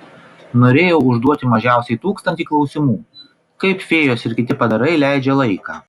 norėjau užduoti mažiausiai tūkstantį klausimų kaip fėjos ir kiti padarai leidžia laiką